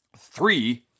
three